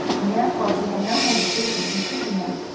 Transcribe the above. and therefore he had no hesitation in taking them.